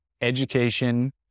education